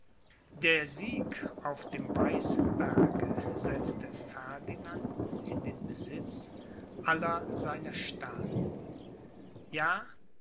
der sieg auf dem weißen berge setzte ferdinanden in den besitz aller seiner staaten ja